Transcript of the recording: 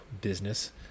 business